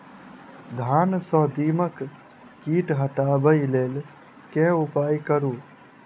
धान सँ दीमक कीट हटाबै लेल केँ उपाय करु?